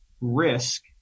risk